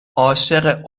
عاشق